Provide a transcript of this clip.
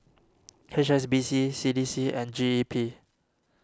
H S B C C D C and G E P